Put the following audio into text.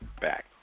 back